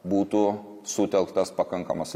būtų sutelktas pakankamas